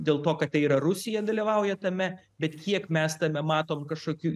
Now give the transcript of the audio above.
dėl to kad tai yra rusija dalyvauja tame bet kiek mes tame matom kažkokių